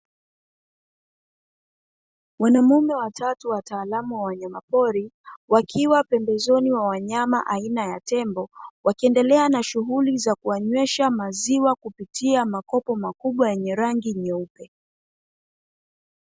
Wanaume watatu wataalamu wa wanyamapori wakiwa pembezoni wa wanyama aina ya tembo, wakiendelea na shughuli za kuwanywesha maziwa kupitia makopo makubwa yenye rangi nyeupe.